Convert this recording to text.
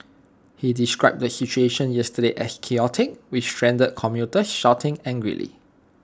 he described the situation yesterday as chaotic with stranded commuters shouting angrily